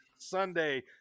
sunday